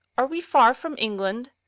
are we far from england?